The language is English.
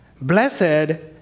Blessed